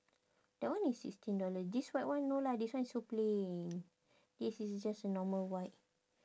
that one is sixteen dollar this white one no lah this one so plain this is just a normal white